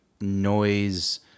noise